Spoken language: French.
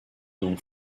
donc